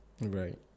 Right